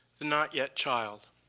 not yet child,